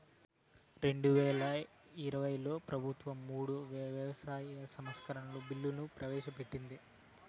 రెండువేల ఇరవైలో ప్రభుత్వం మూడు వ్యవసాయ సంస్కరణల బిల్లులు ప్రవేశపెట్టింది